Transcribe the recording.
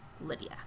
Lydia